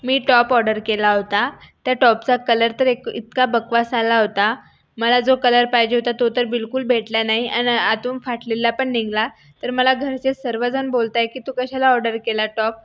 मी top order केला होता त्या टॉपचा कलर तर ए इतका बकवास आला होता मला जो कलर पाहिजे होता तो तर बिलकुल भेटला नाही आणि आतून फाटलेलापण निघाला तर मला घरचे सर्वजण बोलत आहे की तू कशाला ऑर्डर केला टॉप